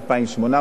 2,800,